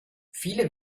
viele